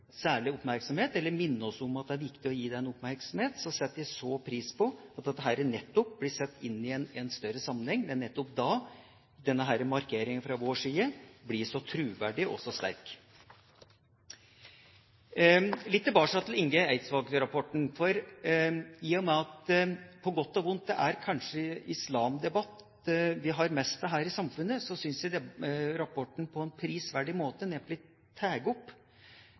oppmerksomhet – setter jeg pris på at dette blir satt inn i en større sammenheng. Det er nettopp da denne markeringen fra vår side blir så troverdig og så sterk. Litt tilbake til Inge Eidsvåg-rapporten: I og med at det – på godt og vondt – kanskje er islamdebatt vi har mest av her i samfunnet, synes jeg rapporten på en prisverdig måte